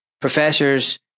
professors